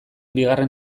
bigarren